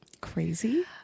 crazy